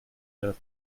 der